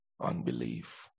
Unbelief